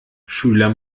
schüler